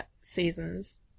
seasons